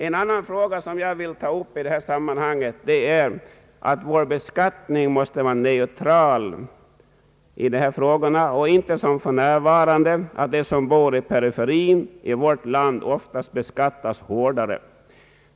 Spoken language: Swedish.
En annan fråga som jag gärna vill ta upp i detta sammanhang är att vår beskattning måste vara neutral och inte som för närvarande då de som bor i periferin av vårt land ofta beskattas hårdare.